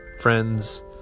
friends